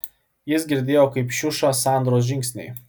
jis girdėjo kaip šiuša sandros žingsniai